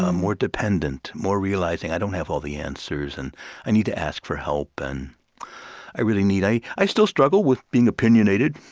ah more dependent, more realizing i don't have all the answers, and i need to ask for help, and i really need i i still struggle with being opinionated.